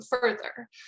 further